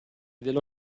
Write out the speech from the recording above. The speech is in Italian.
dello